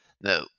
No